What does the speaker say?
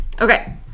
Okay